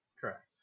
correct